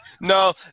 No